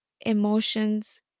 emotions